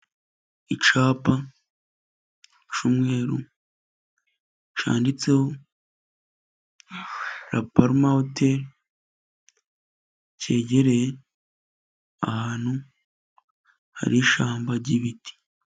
Icupa cy'umweruru cyanditseho Laparume Hoteli, cyegereye ahantu hari ishyamba ry'ibiti.